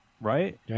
right